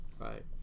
right